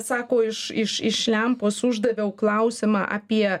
sako iš iš iš lempos uždaviau klausimą apie